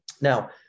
Now